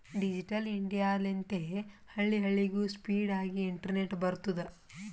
digital India ಲಿಂತೆ ಹಳ್ಳಿ ಹಳ್ಳಿಗೂ ಸ್ಪೀಡ್ ಆಗಿ ಇಂಟರ್ನೆಟ್ ಬರ್ತುದ್